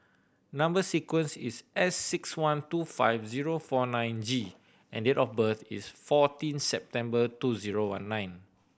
number sequence is S six one two five zero four nine G and date of birth is fourteen September two zero one nine